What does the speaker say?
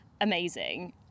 amazing